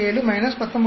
37 19